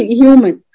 human